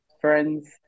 friends